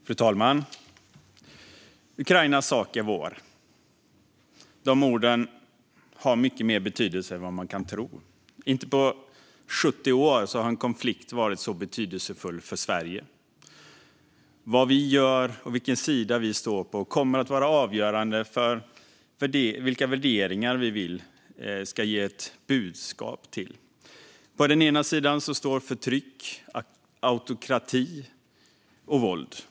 Fru talman! Ukrainas sak är vår. De orden har mycket mer betydelse än vad man kan tro. Inte på 70 år har en konflikt varit så betydelsefull för Sverige. Vad vi gör och vilken sida vi står på kommer att vara avgörande för vilka värderingar och vilket budskap vi för fram. På ena sidan står förtryck, autokrati och våld.